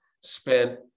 spent